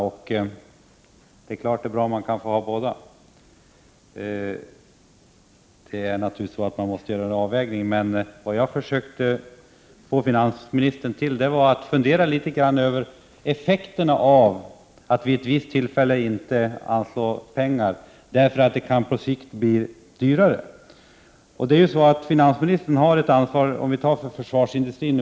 Det är klart att det är bra om man kan få båda delarna, men man måste naturligtvis göra en avvägning. Vad jag försökte få finansministern till var att fundera litet över effekterna av att vid ett visst tillfälle inte anslå pengar — på sikt kan det ju bli dyrare. Finansministern har ju ett ansvar för försvarsindustrin.